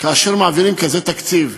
כאשר מעבירים כזה תקציב.